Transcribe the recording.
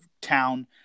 town